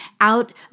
out